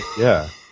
yeah.